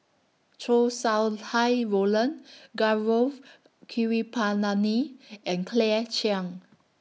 Chow Sau Hai Roland Gaurav Kripalani and Claire Chiang